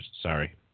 Sorry